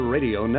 Radio